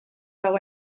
dago